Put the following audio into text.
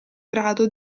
grado